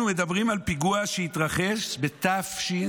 אנחנו מדברים על פיגוע שהתרחש בתשס"א,